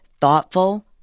thoughtful